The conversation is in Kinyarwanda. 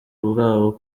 ubwabo